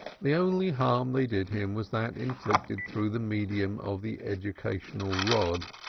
the only harm they did him was that inflicted through the medium of the educational rod,